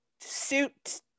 Suit